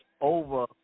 over